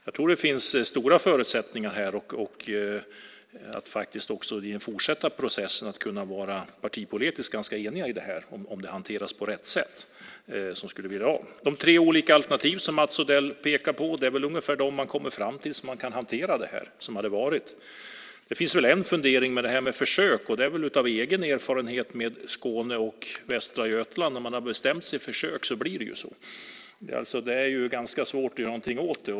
Jag tror att det finns stora förutsättningar att i den fortsatta processen kunna vara partipolitiskt enig om det här hanteras på rätt sätt. De tre olika alternativ som Mats Odell pekar på är väl ungefär de som man kommer fram till och som kan hantera det. Det finns väl en fundering kring försök. Det är av egen erfarenhet med Skåne och Västra Götaland. När man har bestämt sig för försök blir det så. Det är ganska svårt att göra något åt det.